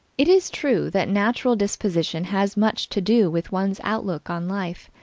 it is true that natural disposition has much to do with one's outlook on life,